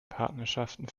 partnerschaften